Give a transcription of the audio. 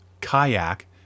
Kayak